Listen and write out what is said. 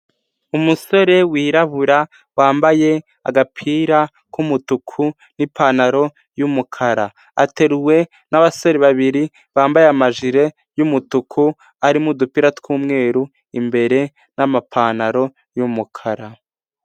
Umusore wirabura wambaye agapira k'umutuku n'ipantaro y'umukara ateruwe n'abasore babiri bambaye amajire y'umutuku arimo udupira tw'umweru imbere n'amapantaro y'umukara.